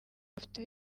bafite